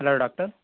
hello doctor